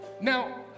Now